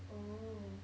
oh